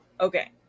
Okay